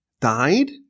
died